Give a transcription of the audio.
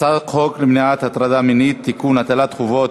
הצעת חוק למניעת הטרדה מינית (תיקון, הטלת חובות